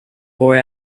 boy